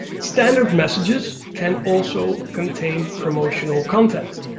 standard messages can also contain promotional content.